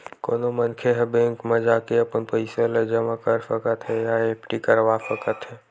कोनो मनखे ह बेंक म जाके अपन पइसा ल जमा कर सकत हे या एफडी करवा सकत हे